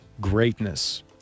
Greatness